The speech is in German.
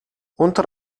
unter